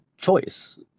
choice